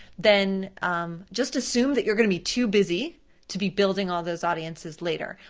then just assume that you're gonna be too busy to be building all those audiences later.